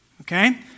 okay